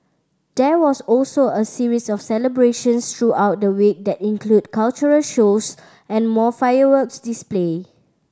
there was also a series of celebrations throughout the week that included cultural shows and more fireworks display